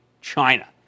China